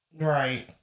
Right